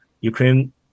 Ukraine